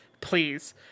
please